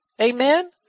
Amen